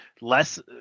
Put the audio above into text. less